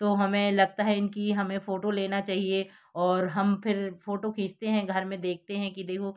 तो हमें लगता है इनकी हमें फ़ोटो लेना चाहिए और हम फिर फ़ोटो खींचते हैं घर में देखते हैं कि देखो